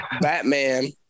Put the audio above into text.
Batman